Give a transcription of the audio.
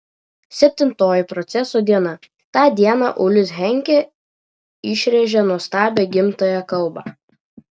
septintoji proceso diena tą dieną ulis henkė išrėžė nuostabią ginamąją kalbą